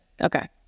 Okay